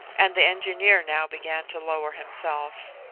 and the engineer now began to lower himself.